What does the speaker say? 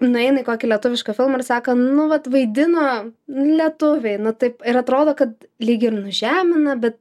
nueina į kokį lietuvišką filmą ir sako nu vat vaidino nu lietuviai nu taip ir atrodo kad lyg ir nužemina bet